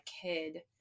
kid